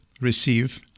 receive